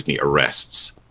arrests